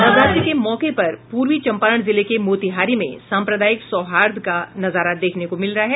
नवरात्रि के मौके पर पूर्वी चंपारण जिले के मोतिहारी में साम्प्रदायिक सौहार्द का नजारा देखने को मिल रहा है